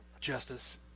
justice